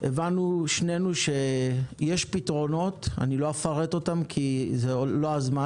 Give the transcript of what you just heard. הבנו שנינו שיש פתרונות לא אפרט אותם כי זה לא הזמן,